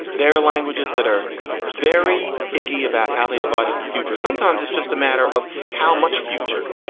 there are languages that are very picky about how they divide up the future. sometimes it's just a matter of how much future.